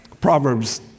Proverbs